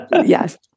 yes